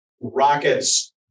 Rockets